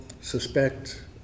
suspect